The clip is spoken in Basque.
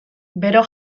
bero